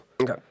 Okay